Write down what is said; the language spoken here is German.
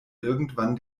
irgendwann